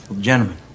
Gentlemen